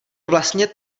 vlastně